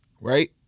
right